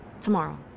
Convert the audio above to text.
Tomorrow